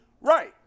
Right